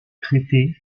traitées